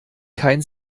kein